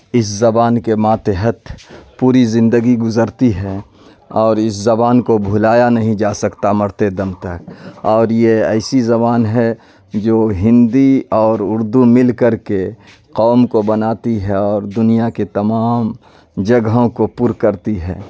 اس زبان کے ماتحت پوری زندگی گزرتی ہے اور اس زبان کو بھلایا نہیں جا سکتا مرتے دم تک اور یہ ایسی زبان ہے جو ہندی اور اردو مل کر کے قوم کو بناتی ہے اور دنیا کے تمام جگہوں کو پر کرتی ہے